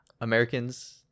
Americans